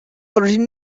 already